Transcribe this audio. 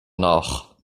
nach